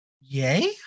Yay